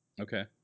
Okay